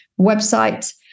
website